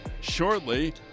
shortly